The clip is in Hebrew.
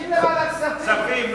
תסכים לוועדת כספים.